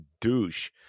douche